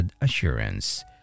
assurance